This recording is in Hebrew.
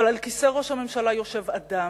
אבל על כיסא ראש הממשלה יושב אדם,